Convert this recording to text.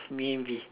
maybe